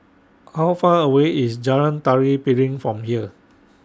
How Far away IS Jalan Tari Piring from here